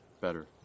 better